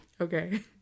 Okay